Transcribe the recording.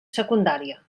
secundària